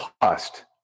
cost